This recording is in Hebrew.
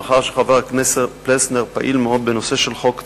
מאחר שחבר הכנסת פלסנר פעיל מאוד בנושא של חוק טל,